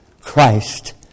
Christ